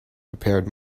prepared